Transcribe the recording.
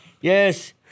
Yes